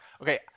okay